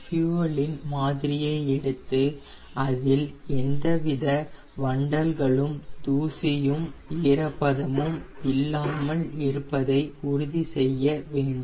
பியூயலின் மாதிரியை எடுத்து அதில் எந்தவித வண்டல்களும் தூசியும் ஈரப்பதமும் இல்லாமல் இருப்பதை உறுதி செய்ய வேண்டும்